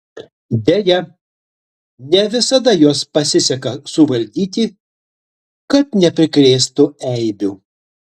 deja ne visada juos pasiseka suvaldyti kad neprikrėstų eibių